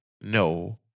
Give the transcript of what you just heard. no